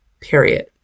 period